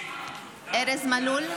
(קוראת בשם חברי הכנסת) ארז מלול,